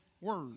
word